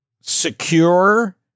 secure